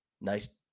nice